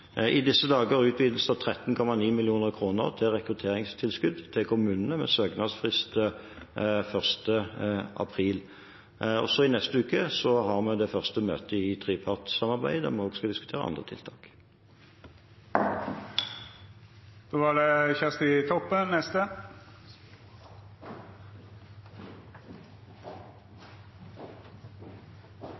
i disse dager en utvidelse med 13,9 mill. kr til rekrutteringstilskudd til kommunene, med søknadsfrist 1. april, og i neste uke har vi det første møtet i trepartssamarbeidet, der vi også skal diskutere andre tiltak.